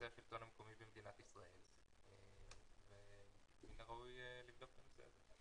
השלטון המקומי במדינת ישראל ומן הראוי לבדוק את זה.